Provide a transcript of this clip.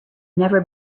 never